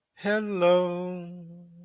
Hello